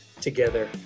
together